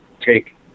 take